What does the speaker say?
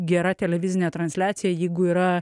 gera televizinė transliacija jeigu yra